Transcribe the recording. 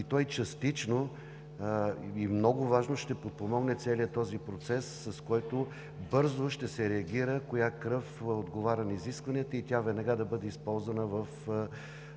Той частично и много важно ще подпомогне целия този процес, с който бързо ще се реагира коя кръв отговаря на изискванията и тя веднага да бъде използвана в